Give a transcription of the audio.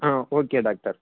ah okay doctor